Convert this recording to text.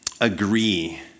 agree